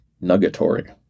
nugatory